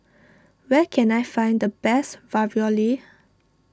where can I find the best Ravioli